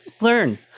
Learn